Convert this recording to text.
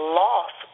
loss